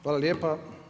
Hvala lijepa.